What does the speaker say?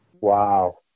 Wow